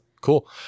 cool